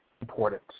important